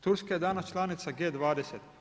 Turska je danas članica G20.